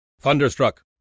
Thunderstruck